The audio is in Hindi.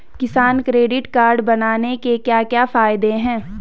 किसान क्रेडिट कार्ड बनाने के क्या क्या फायदे हैं?